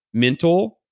mental,